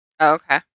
Okay